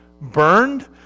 burned